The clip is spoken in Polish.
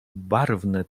barwne